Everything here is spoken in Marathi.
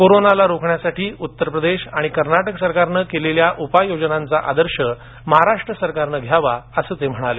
कोरोनाला रोखण्यासाठी उत्तर प्रदेश आणि कर्नाटक सरकारनं केलेल्या उपाययोजनांचा आदर्श महाराष्ट्र सरकारनं घ्यावा असं ते म्हणाले